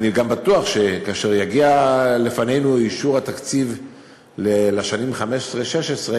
אני גם בטוח שכאשר יגיע לפנינו אישור התקציב לשנים 2015 2016,